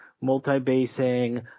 multi-basing